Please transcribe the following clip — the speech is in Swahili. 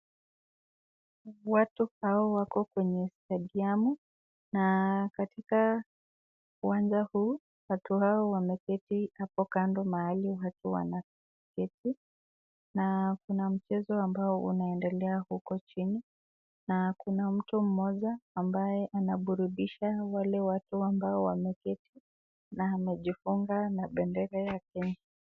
Watu hawa wako kwenye stadium na katika uwanja huu watu hao wameketi hapo kando mahali watu wanaketi na mchezo ambao unaendelea huko chini na kuna mtu mmoja ambaye anaburudisha wale watu wameketi na amejifunga na bendera ya Kenya.